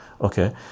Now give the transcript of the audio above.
okay